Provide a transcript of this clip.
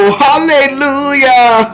hallelujah